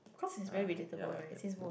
uh yeah yeah